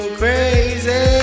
crazy